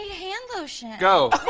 hand lotion. go!